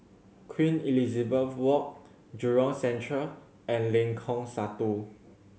Queen Elizabeth Walk Jurong Central and Lengkong Satu